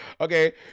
Okay